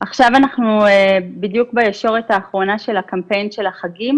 עכשיו אנחנו בדיוק בישורת האחרונה של הקמפיין של החגים,